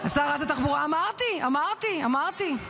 שרת התחבורה אמרתי, אמרתי.